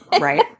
Right